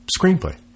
screenplay